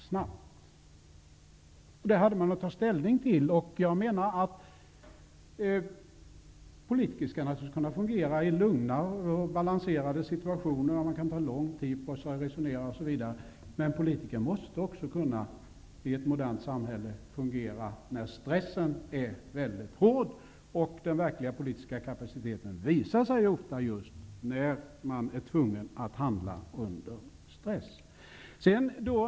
Det hade man att ta ställning till. Politiker skall naturligtvis kunna fungera i lugna och balanserade situationer, ta lång tid på sig att resonera osv., men politiker måste också i ett modernt samhälle kunna fungera när stressen är väldigt hård. Den verkliga politiska kapaciteten visar sig också ofta just när man är tvungen att handla under stress.